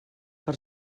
per